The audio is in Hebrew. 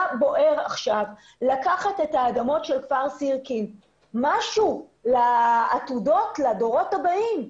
מה בוער עכשיו לקחת את האדמות של כפר סירקין לעתודות לדורות הבאים?